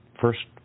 first